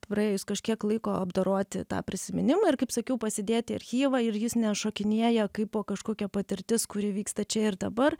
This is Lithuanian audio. praėjus kažkiek laiko apdoroti tą prisiminimą ir kaip sakiau pasidėt į archyvą ir jis nešokinėja kai po kažkokia patirtis kuri vyksta čia ir dabar